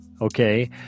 okay